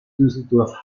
düsseldorf